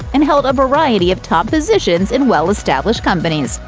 and held a variety of top positions in well-established companies.